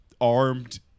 armed